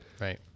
Right